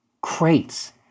...crates